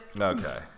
Okay